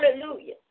Hallelujah